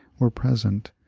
were present,